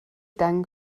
dank